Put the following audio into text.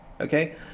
okay